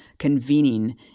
convening